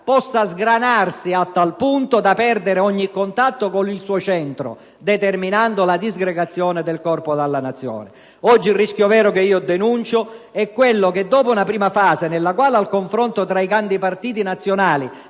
possa sgranarsi a tal punto da perdere ogni contatto con il suo centro, determinando la disgregazione del corpo della Nazione. Il rischio vero, che denuncio, è che, dopo una prima fase nella quale al confronto tra i grandi partiti nazionali